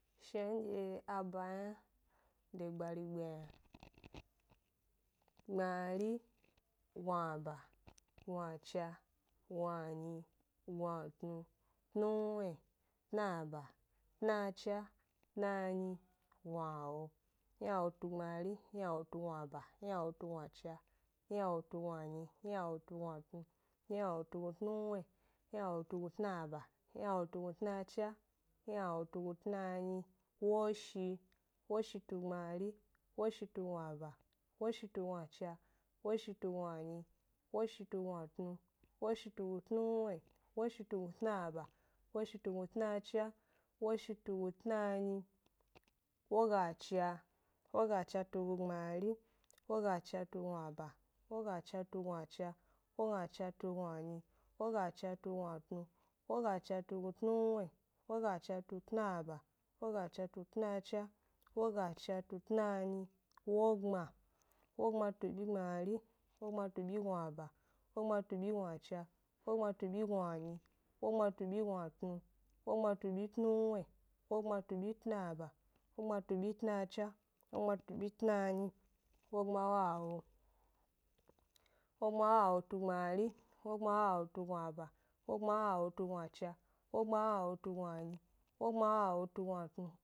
Shnandye a ba yna de gbari gbe yi yna, gbmari, gnuaba, gnuacha, gnuanyi, gnuatnu, tnuwye, tnaba, tnacha, tnanyi, gnuawo, ynawotugbmari, ynawotugnuaba, ynawotugnuacha, ynawotuanyi, ynawotugnuatnu, ynawotugnutnuwye, ynawotugnutnaba, ynawotugnutnacha, ynawotugnutnanyi, woshi, woshitugbmari, woshitugnuaba, woshitugnuacha, woshitugnuanyi, woshitugnuatnu, woshitugnutnuwye, woshitugnutnaba, woshitugnutnacha, woshitugnutnanyi, wogacha, wogachatugnugbmari, wogachatugnuaba, wogachatugnuacha, wogachatugnuanyi, wogachatugnuatnu, wogachatugnutnuwye, wogacha tutnaba, wogachatutnacha, wogachatutnanyi, wogbma, wogbmatubyigbmari, wogbmatubyignuaba, wogbmatubyignuacha, wogbmatubyignuanyi wogbmatubyignuatnu, wogbmatubyignutnuwye, wogbmatubyitnaba, wogbmatubyitnacha, wogbmatubyitnanyi, wogbmawawo, wogbmawawotugbmari, wogbmawawotugnuaba, wogbamwawotugnuacha, wogbawawotugnuanyi, wogbmawawotugnuatnu,